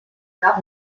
cap